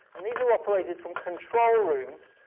and these are operated from control rooms.